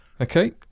Okay